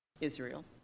Israel